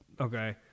okay